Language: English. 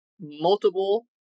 multiple